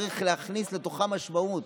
צריך להכניס לתוכה משמעות.